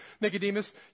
Nicodemus